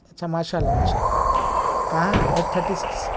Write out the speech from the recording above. اچھا ماشاء اللہ ماشاء اللہ کہاں ایٹ تھرٹی سکس